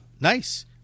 Nice